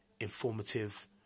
informative